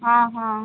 ହଁ ହଁ